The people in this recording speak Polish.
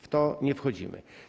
W to nie wchodzimy.